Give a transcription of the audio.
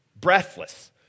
breathless